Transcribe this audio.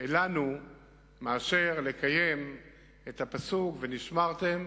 לנו מאשר לקיים את הפסוק: ונשמרתם